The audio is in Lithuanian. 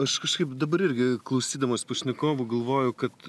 aš kažkaip dabar irgi klausydamas pašnekovų galvoju kad